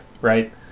right